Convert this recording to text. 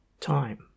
time